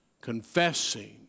confessing